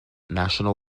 national